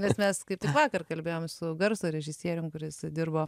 bet mes kaip vakar kalbėjom su garso režisieriumi kuris dirbo